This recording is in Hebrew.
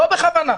לא בכוונה.